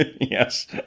Yes